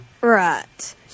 Right